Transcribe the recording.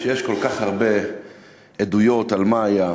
כשיש כל כך הרבה עדויות על מה היה,